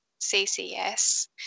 CCS